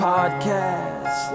Podcast